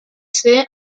ser